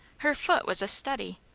her foot was a study.